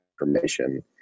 information